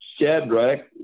Shadrach